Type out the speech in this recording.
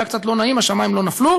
היה קצת לא נעים, השמים לא נפלו.